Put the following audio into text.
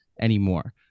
anymore